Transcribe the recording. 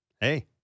Hey